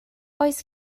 oes